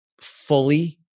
fully